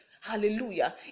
Hallelujah